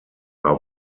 are